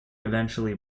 eventually